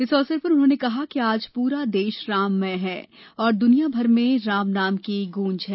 इस अवसर पर उन्होंने कहा कि आज पूरा देश राममय है और दुनियाभर में रामनाम की गूंज है